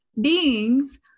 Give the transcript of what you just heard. beings